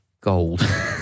gold